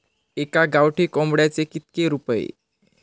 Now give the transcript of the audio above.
एका गावठी कोंबड्याचे कितके रुपये?